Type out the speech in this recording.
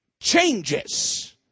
changes